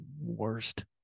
worst